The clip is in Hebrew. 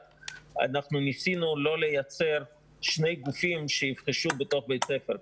ניסינו לא לייצר שני גופים בתוך בית ספר,